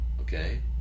okay